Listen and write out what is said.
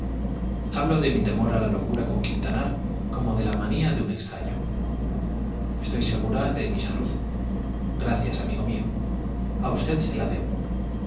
hablo de mi temor a la locura con quintanar como de la manía de un extraño estoy segura de mi salud gracias amigo mío a usted se la debo